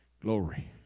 glory